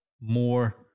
more